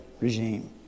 regime